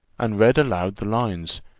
and read aloud the lines,